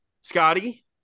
Scotty